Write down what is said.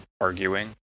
arguing